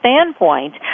standpoint